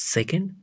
Second